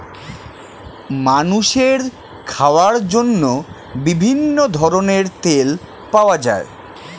মানুষের খাওয়ার জন্য বিভিন্ন ধরনের তেল পাওয়া যায়